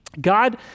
God